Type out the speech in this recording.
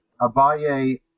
Abaye